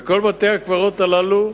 וכל בתי-הקברות הללו,